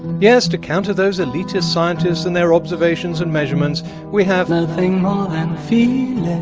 yes, to counter those elitist scientists and their observations and measurements we have nothing more than feeling.